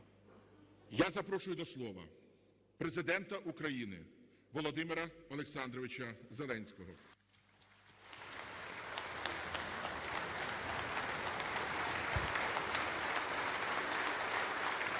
я запрошую до слова Президента України Володимира Олександровича Зеленського. (Оплески)